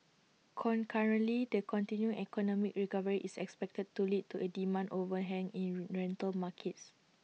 concurrently the continuing economic recovery is expected to lead to A demand overhang in rental markets